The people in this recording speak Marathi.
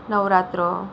नवरात्र